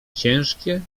ciężkie